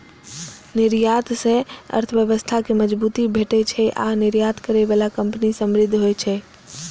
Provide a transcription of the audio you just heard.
निर्यात सं अर्थव्यवस्था कें मजबूती भेटै छै आ निर्यात करै बला कंपनी समृद्ध होइ छै